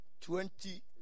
twenty